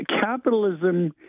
capitalism